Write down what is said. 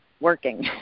working